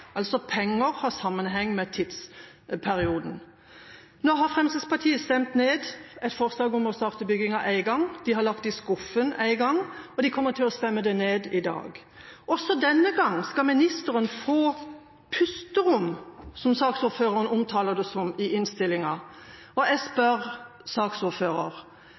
altså sammenheng med tidsperioden. Fremskrittspartiet har stemt ned et forslag om å starte bygginga én gang, de har lagt det i skuffen én gang, og de kommer til å stemme det ned i dag. Også denne gang skal ministeren få «pusterom», som saksordføreren omtaler det som i innstillinga. Jeg spør